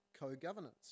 co-governance